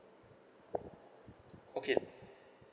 okay